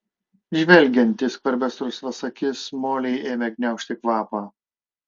žvelgiant į skvarbias rusvas akis molei ėmė gniaužti kvapą